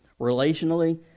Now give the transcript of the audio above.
Relationally